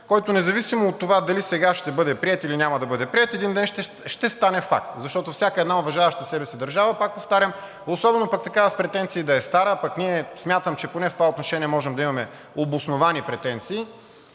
който независимо от това дали сега ще бъде приет, или няма да бъде приет, един ден ще стане факт, защото всяка една уважаваща себе си държава, пак повтарям, особено пък такава с претенции да е стара, пък ние смятам, че поне в това отношение можем да имаме обосновани претенции,